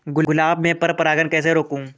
गुलाब में पर परागन को कैसे रोकुं?